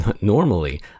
normally